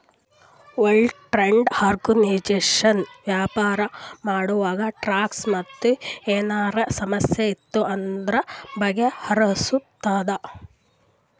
world trade organization ವ್ಯಾಪಾರ ಮಾಡಾಗ tax ಮತ್ ಏನರೇ ಸಮಸ್ಯೆ ಇತ್ತು ಅಂದುರ್ ಬಗೆಹರುಸ್ತುದ್